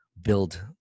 build